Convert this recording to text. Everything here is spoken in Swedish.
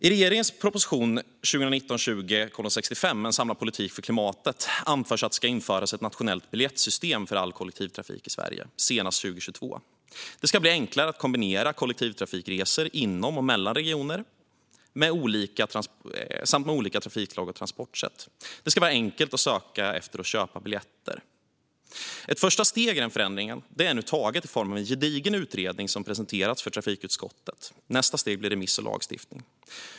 I regeringens proposition 2019/20:65 En samlad politik för klimatet anförs att det ska införas ett nationellt biljettsystem för all kollektivtrafik i Sverige senast 2022. Det ska bli enklare att kombinera kollektivtrafikresor inom och mellan regioner samt med olika trafikslag och transportsätt. Det ska vara enkelt att söka efter och köpa biljetter. Ett första steg i den förändringen är nu taget i form av en gedigen utredning som presenterats för trafikutskottet. Nästa steg blir remiss och lagstiftning.